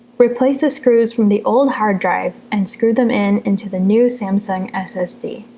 replace the screws from the old hard drive and screw them in into the new samsung ssd